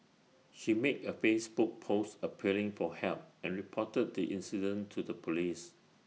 she made A Facebook post appealing for help and reported the incident to the Police